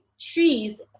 trees